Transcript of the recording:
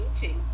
teaching